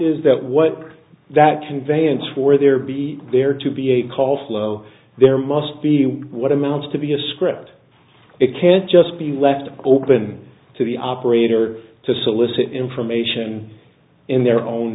is that what that conveyance for there be there to be a call flow there must be what amounts to be a script it can't just be left open to the operator to solicit information in their own